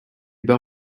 bas